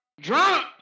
drunk